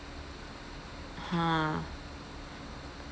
!huh!